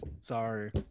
sorry